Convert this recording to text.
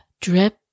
drip